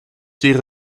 wäre